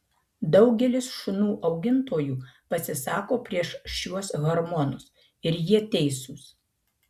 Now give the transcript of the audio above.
daugelis šunų augintojų pasisako prieš šiuos hormonus ir jie teisūs